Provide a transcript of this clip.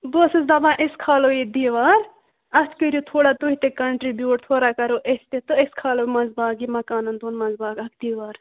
بہٕ ٲسٕس دَپان أسۍ کھالو یہِ دِیٖوار اَتھ کٔرِو تھوڑا تُہۍ تہِ کَنٹِرٛبیوٗٹ تھوڑا کَرو أسۍ تہِ تہٕ أسۍ کھالو منٛزٕباگ یہِ مَکانَن دۄن منٛزباگ اکھ دِیٖوار